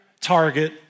target